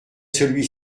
celui